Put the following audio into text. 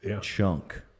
chunk